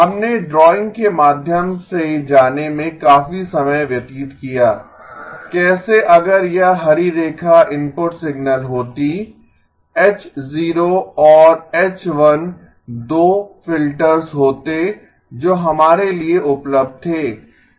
हमने ड्राइंग के माध्यम से जाने में काफी समय व्यतीत किया कैसे अगर यह हरी रेखा इनपुट सिग्नल होती H0 और H1 2 फिल्टर्स होते जो हमारे लिए उपलब्ध थे